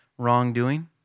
wrongdoing